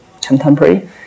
contemporary